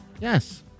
Yes